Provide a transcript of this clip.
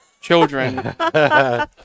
children